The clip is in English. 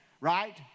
right